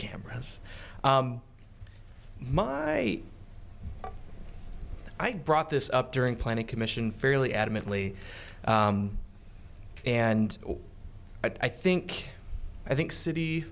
camera as my i brought this up during planning commission fairly adamantly and i think i think city